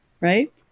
Right